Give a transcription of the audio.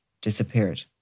disappeared